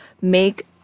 make